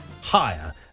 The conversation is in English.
higher